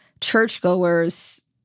churchgoers